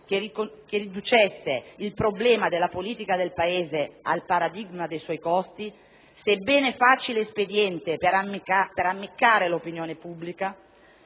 che riducesse il problema della politica del Paese al paradigma dei suoi costi, sebbene facile espediente per ammiccare all'opinione pubblica,